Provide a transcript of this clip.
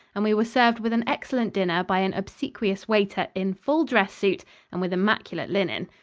and we were served with an excellent dinner by an obsequious waiter in full-dress suit and with immaculate linen.